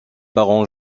parents